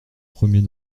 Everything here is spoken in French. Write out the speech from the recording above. premier